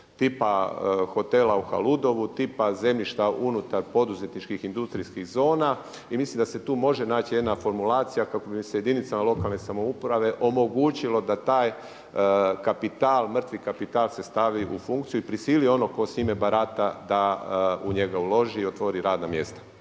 tipa hotela u Haludovom, tipa zemljišta unutar poduzetničkih industrijskih zona. I mislim da se tu može naći jedna formulacija kako bi se jedinicama lokalne samouprave omogućilo da taj kapital, mrtvi kapital se stavi u funkciju i prisili onog ko s njime barata da u njega uloži i otvori radna mjesta.